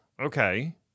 Okay